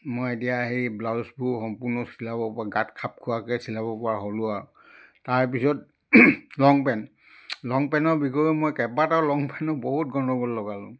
মই এতিয়া সেই ব্লাউজবোৰ সম্পূৰ্ণ চিলাব পৰা গাত খাপ খোৱাকৈ চিলাব পৰা হ'লোঁ আৰু তাৰপিছত লং পেন লং পেনৰ বিষয়েও মই কেইবাটাও আৰু লং পেনৰো বহুত গণ্ডগোল লগালোঁ